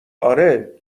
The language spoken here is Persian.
آره